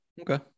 Okay